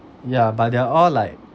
ya but they're all like